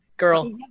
Girl